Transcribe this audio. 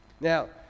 Now